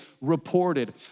reported